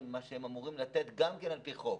ממה שהן אמורות לתת גם כן על פי חוק.